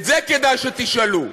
את זה כדאי שתשאלו,